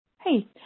Hey